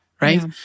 Right